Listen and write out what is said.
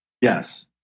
Yes